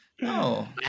no